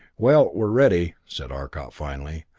well, we're ready, said arcot finally,